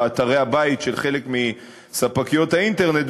באתרי הבית של חלק מספקיות האינטרנט,